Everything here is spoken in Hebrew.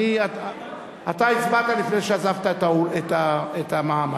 אני הצבעתי בשמך, על שמך.